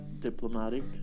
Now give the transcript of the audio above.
diplomatic